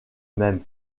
même